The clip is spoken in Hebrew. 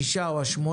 -- כן.